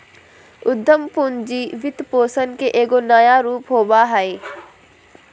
उद्यम पूंजी वित्तपोषण के एगो नया रूप होबा हइ